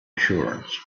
assurance